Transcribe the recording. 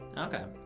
okay.